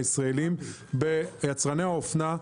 ביצרני האופנה.